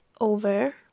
over